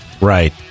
Right